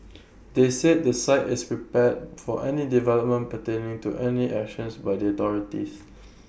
they said the site is prepared for any developments pertaining to any action by the authorities